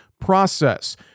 process